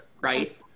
right